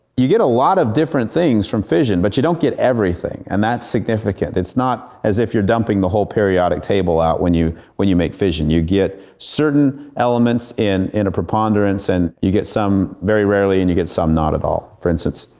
you get a lot of different things from fission, but you don't get everything. and that's significant. it's not as if you're dumping the whole periodic table out when you when you make fission. you get certain elements in a preponderance, and you get some very rarely, and get some not at all. for instance,